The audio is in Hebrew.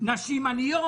נשים עניות